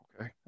okay